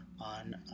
on